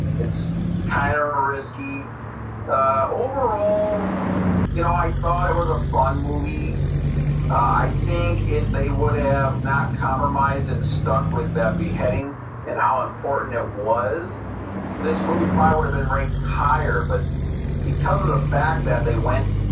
it's kind of a risky overall you know, i thought it was a fun movie i think if they would have not compromised and stuck with that beheading and how important it was this movie probably would have been ranked higher but because of the fact that they went